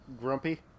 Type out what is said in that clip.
grumpy